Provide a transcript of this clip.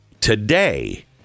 today